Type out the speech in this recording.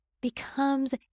becomes